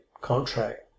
contract